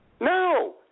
No